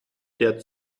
der